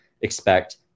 expect